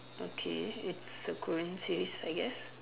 okay it's a Korean series I guess